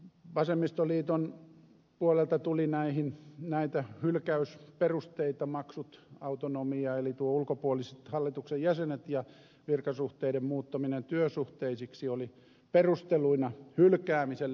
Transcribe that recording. vasemmistoliiton puolelta tuli näitä hylkäysperusteita maksut autonomia eli nuo hallituksen ulkopuoliset jäsenet ja virkasuhteiden muuttaminen työsuhteisiksi olivat perusteluina hylkäämiselle